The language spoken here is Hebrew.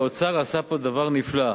שהאוצר עשה פה דבר נפלא,